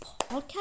podcast